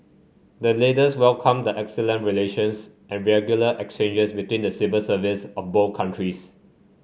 the leaders welcomed the excellent relations and regular exchanges between the civil service of both countries